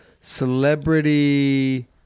Celebrity